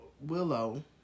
Willow